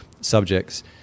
subjects